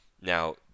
now